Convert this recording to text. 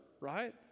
right